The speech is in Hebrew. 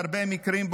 בהרבה מקרים,